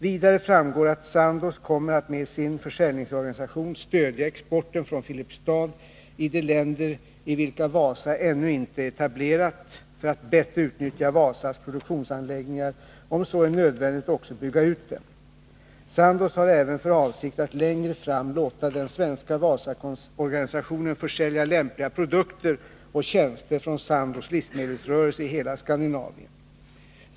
Vidare framgår att Sandoz kommer att med sin försäljningsorganisation stödja exporten från Filipstad i de länder i vilka Wasa ännu inte är etablerat för att bättre utnyttja Wasas produktionsanläggningar och om så är nödvändigt också bygga ut dem. Sandoz har även för avsikt att längre fram låta den svenska Wasaorganisationen försälja lämpliga produkter och tjänster från Sandoz livsmedelsrörelse i hela Skandinavien.